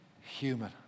human